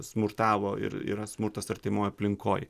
smurtavo ir yra smurtas artimoj aplinkoj